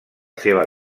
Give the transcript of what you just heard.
seva